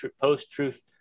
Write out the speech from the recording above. post-truth